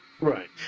Right